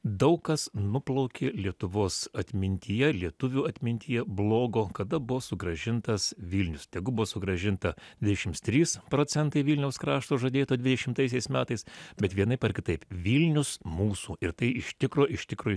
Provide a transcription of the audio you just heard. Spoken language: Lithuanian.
daug kas nuplaukė lietuvos atmintyje lietuvių atmintyje blogo kada buvo sugrąžintas vilnius tegu buvo sugrąžinta dvidešimts trys procentai vilniaus krašto žadėto dvidešimtaisiais metais bet vienaip ar kitaip vilnius mūsų ir tai iš tikro iš tikro